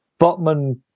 Botman